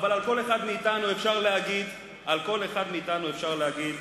על כל אחד מאתנו אפשר להגיד,